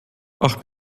auch